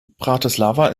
bratislava